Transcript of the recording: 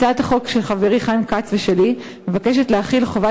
הצעת החוק של חברי חיים כץ ושלי מבקשת להחיל חובת